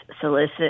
solicit